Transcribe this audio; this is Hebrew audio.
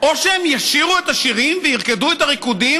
או שהם ישירו את השירים וירקדו את הריקודים